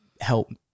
help